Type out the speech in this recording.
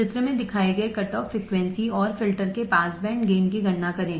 चित्र में दिखाए गए कटऑफ फ्रीक्वेंसी और फिल्टर के पास बैंड गेन की गणना करें